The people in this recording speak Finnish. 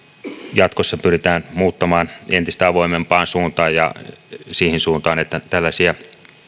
jatkossa pyritään muuttamaan entistä avoimempaan suuntaan ja siihen suuntaan että tällaisia